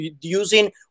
using